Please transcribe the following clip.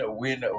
win